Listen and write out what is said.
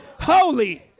holy